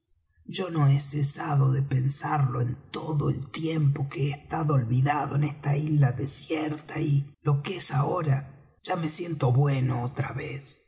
yo no he cesado de pensarlo en todo el tiempo que he estado olvidado en esta isla desierta y lo que es ahora ya me siento bueno otra vez